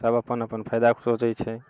सब अपन अपन फायदाके सोचै छै